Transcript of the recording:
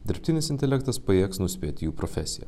dirbtinis intelektas pajėgs nuspėti jų profesiją